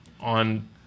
on